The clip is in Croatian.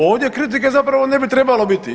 Ovdje kritike zapravo ne bi trebalo biti.